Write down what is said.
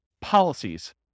policies